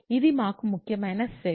ఇది మాకు ముఖ్యమైన సెట్